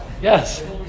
Yes